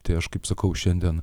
tai aš kaip sakau šiandien